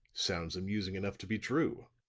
sounds amusing enough to be true.